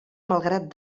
malgrat